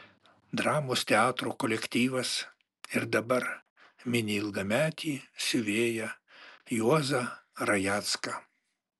dramos teatro kolektyvas ir dabar mini ilgametį siuvėją juozą rajecką